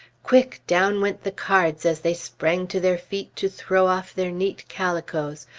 quick, down went the cards as they sprang to their feet to throw off their neat calicoes.